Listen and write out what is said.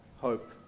hope